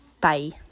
Bye